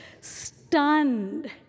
stunned